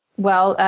well,